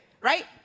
right